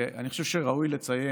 אני חושב שראוי לציין,